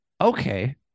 okay